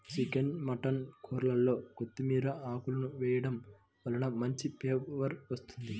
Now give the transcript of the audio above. chicken mutton కూరల్లో కొత్తిమీర ఆకులను వేయడం వలన మంచి ఫ్లేవర్ వస్తుంది